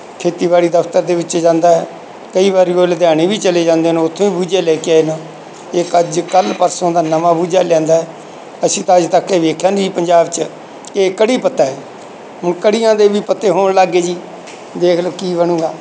ਖੇਤੀਬਾੜੀ ਦਫਤਰ ਦੇ ਵਿੱਚ ਜਾਂਦਾ ਕਈ ਵਾਰੀ ਉਹ ਲੁਧਿਆਣੇ ਵੀ ਚਲੇ ਜਾਂਦੇ ਨੇ ਉੱਥੋਂ ਬੂਝੇ ਲੈ ਕੇ ਆਏ ਨੇ ਇੱਕ ਅੱਜ ਕੱਲ੍ਹ ਪਰਸੋਂ ਦਾ ਨਵਾਂ ਬੂਝਾ ਲਿਆਂਦਾ ਅਸੀਂ ਤਾਂ ਅੱਜ ਤੱਕ ਇਹ ਵੇਖਿਆ ਨਹੀਂ ਪੰਜਾਬ 'ਚ ਇਹ ਕੜੀ ਪੱਤਾ ਹੈ ਹੁਣ ਕੜੀਆਂ ਦੇ ਵੀ ਪੱਤੇ ਹੋਣ ਲੱਗ ਗਏ ਜੀ ਦੇਖ ਲਓ ਕੀ ਬਣੇਗਾ